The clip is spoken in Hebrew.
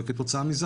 וכתוצאה מזה,